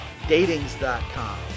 datings.com